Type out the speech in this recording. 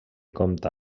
compta